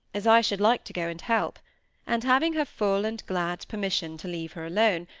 as i should like to go and help and having her full and glad permission to leave her alone,